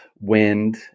wind